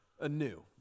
anew